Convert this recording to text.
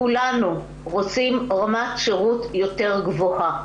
כולנו רוצים רמת שירות יותר גבוהה.